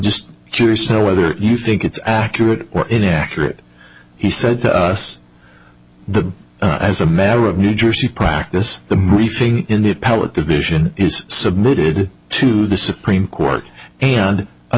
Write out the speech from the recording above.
just curious to know whether you think it's accurate or inaccurate he said to us the as a matter of new jersey practice the briefing in the appellate division is submitted to the supreme court and a